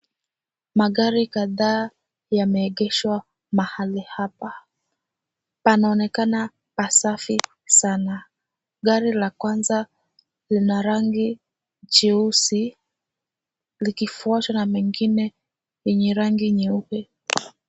Magari kadhaa yamegeshwa mahali hapa. Panaonekana pasafi sana. Gari la kwanza lina rangi jeusi likifuatwa na mengine yenye rangi nyeupe.